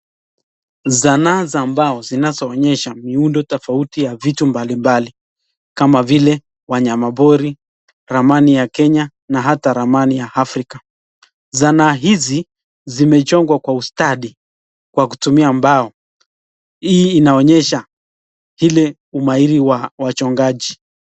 Sanaa za mbao zinazoonyesha miundo tofauti ya vitu mbalimbali kama vile wanyama pori, ramani ya kenya na hata ramani ya Afrika. Sanaa hizi zimechongwa kwa ustadi kwa kutumia mbao, hii inaonyesha vile umahiri wa wachongaji.